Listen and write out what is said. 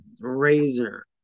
Razor